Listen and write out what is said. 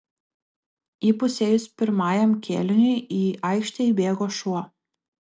įpusėjus pirmajam kėliniui į aikštę įbėgo šuo